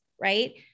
right